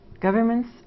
Governments